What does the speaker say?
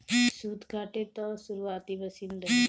सूत काते कअ शुरुआती मशीन रहे